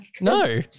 No